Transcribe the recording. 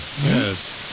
Yes